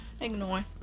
ignore